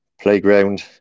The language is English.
playground